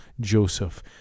Joseph